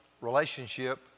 relationship